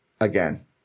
again